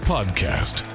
Podcast